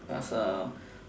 because